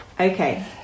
okay